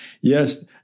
Yes